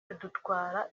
bidutwara